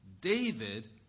David